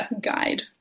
guide